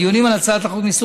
בדיונים על הצעת החוק ניסינו,